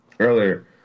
Earlier